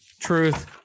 Truth